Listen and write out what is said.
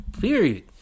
Period